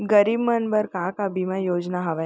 गरीब मन बर का का बीमा योजना हावे?